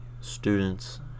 students